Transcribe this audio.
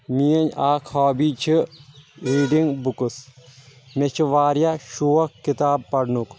میٲنۍ اکھ ہابی چھِ ریٖڈنٛگ بُکٕس مےٚ چھُ واریاہ شوکھ کِتاب پرنُک